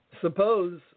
Suppose